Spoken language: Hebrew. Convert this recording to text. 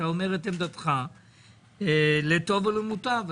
אתה אומר את עמדתך לטוב ולמוטב.